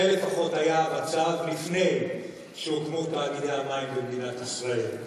זה לפחות היה המצב לפני שהוקמו תאגידי המים במדינת ישראל.